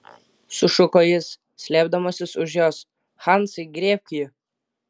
sušuko jis slėpdamasis už jos hansai griebk jį